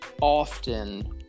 often